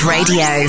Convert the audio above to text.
Radio